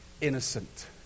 innocent